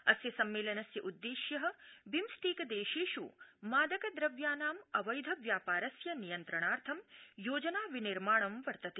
अस्य सम्मेलनस्य उद्देश्य बिम्सटेकदेशेष् मादकद्रव्यानां अवैध व्यापारस्य नियन्त्रणार्थं योजना विनिर्माणं वर्तते